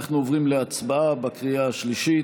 אנחנו עוברים להצבעה בקריאה שלישית.